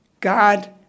God